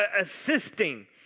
assisting